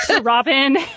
Robin